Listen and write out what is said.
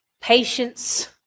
patience